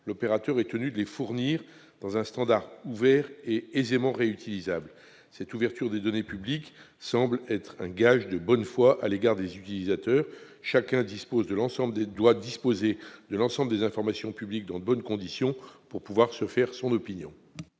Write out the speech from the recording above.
l'opérateur est tenu de les fournir selon un standard ouvert et aisément réutilisable. Cette ouverture des données publiques semble être un gage de bonne foi à l'égard des utilisateurs : chacun doit disposer de l'ensemble des informations publiques dans de bonnes conditions pour pouvoir se faire son opinion.